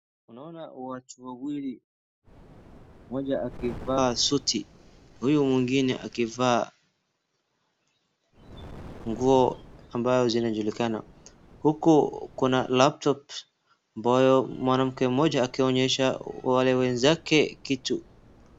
Tunaona watu wawili mmoja akivaa suti huyu mwingine akivaa nguo ambao zinajulikana. Huku kuna laptop ambayo mwanamke mmoja akionyesha wale wenzake kitu.